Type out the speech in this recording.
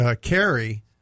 carry